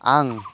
आं